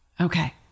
Okay